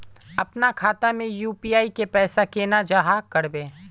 अपना खाता में यू.पी.आई के पैसा केना जाहा करबे?